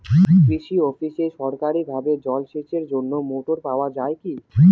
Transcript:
কৃষি অফিসে সরকারিভাবে জল সেচের জন্য মোটর পাওয়া যায় কি?